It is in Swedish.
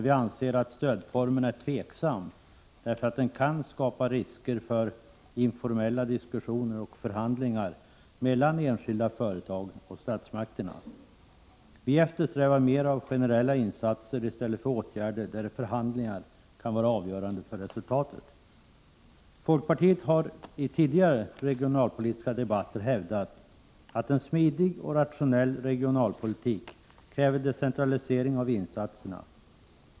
Vi ställer oss tveksamma till stödformen därför att den kan skapa risker för informella diskussioner och förhandlingar mellan enskilda företag och statsmakterna. Vi eftersträvar mer av generella insatser i stället för åtgärder där förhandlingar kan vara avgörande för resultatet. Folkpartiet har i tidigare regionalpolitiska debatter hävdat att en smidig och rationell regionalpolitik kräver decentralisering av insatserna.